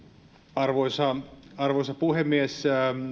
arvoisa arvoisa puhemies